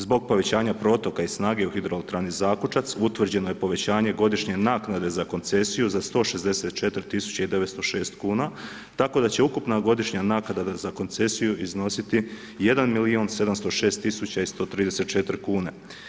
Zbog povećanja protoka i snage u hidroelektrani Zakučac, utvrđeno je povećanje godišnje naknade za koncesiju za 164906 kuna, tako da će ukupna godišnja naknada za koncesiju iznositi 1 milijuna 706 tisuća i 134 kune.